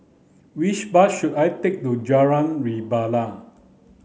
which bus should I take to Jalan Rebana